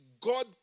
God